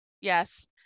Yes